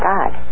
God